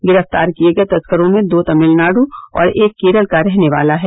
गिरफ्तार किए गए तस्करों में दो तमिलनाडु और एक केरल का रहने वाला है